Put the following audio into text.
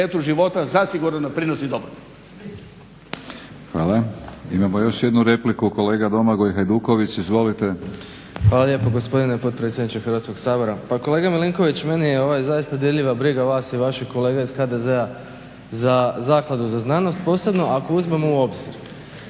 Hvala. Imamo još jednu repliku, kolega Domagoj Hajduković. Izvolite. **Hajduković, Domagoj (SDP)** Hvala lijepo gospodine potpredsjedniče Hrvatskog sabora. Pa kolega Milinković, meni je zaista dirljiva briga vas i vaših kolega iz HDZ-a za Zakladu za znanost posebno ako uzmemo u obzir,